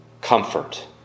comfort